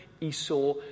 Esau